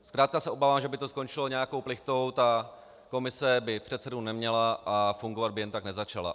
Zkrátka se obávám, že by to skončilo nějakou plichtou, ta komise by předsedu neměla a fungovat by jen tak nezačala.